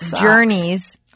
journeys –